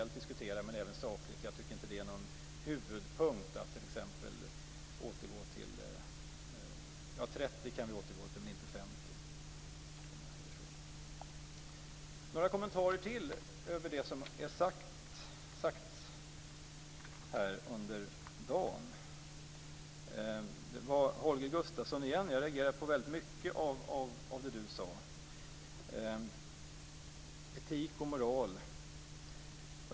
Jag tycker inte att det är någon huvudpunkt. Vi kan återgå till 30 %, men inte till 50 %. Sedan har jag ytterligare några kommentarer till det som har sagts här under dagen. Jag reagerade på väldigt mycket av det Holger Gustafsson sade. Jag tänker på etik och moral.